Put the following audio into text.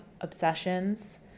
obsessions